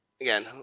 Again